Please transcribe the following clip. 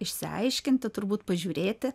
išsiaiškinti turbūt pažiūrėti